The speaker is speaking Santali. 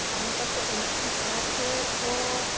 ᱵᱟᱝ ᱠᱟᱛᱮ ᱩᱱᱠᱩ ᱥᱟᱶᱛᱮᱠᱚ